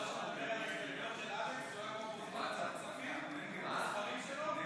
ההסתייגות לחלופין (כז) של קבוצת סיעת ש"ס,